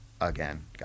again